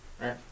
right